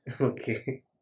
okay